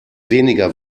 weniger